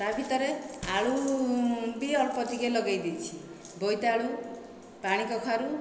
ତା' ଭିତରେ ଆଳୁ ବି ଅଳ୍ପ ଟିକିଏ ଲଗେଇ ଦେଇଛି ବୋଇତାଳୁ ପାଣି କଖାରୁ